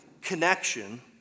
connection